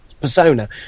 Persona